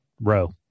row